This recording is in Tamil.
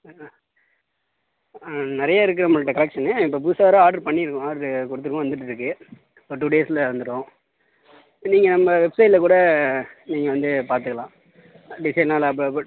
ஆ ஆ நிறைய இருக்கு நம்மள்கிட்ட கலெக்ஷனு இப்போ புதுசாக வேறு ஆர்டர் பண்ணியிருக்கோம் ஆர்டரு கொடுத்துருக்கோம் வந்துட்டு இருக்கு ஒரு டூ டேஸில் வந்துரும் நீங்கள் நம்ம வெப்சைட்டில் கூட நீங்கள் வந்து பார்த்துக்கலாம் டிசைன் நல்லா ப ப